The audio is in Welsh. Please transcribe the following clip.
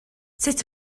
sut